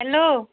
hello